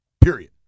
Period